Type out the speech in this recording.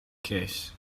case